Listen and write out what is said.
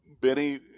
Benny